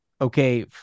okay